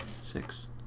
Six